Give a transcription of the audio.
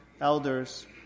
elders